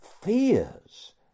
fears